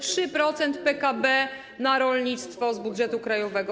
3% PKB na rolnictwo z budżetu krajowego.